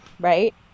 right